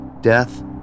Death